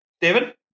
David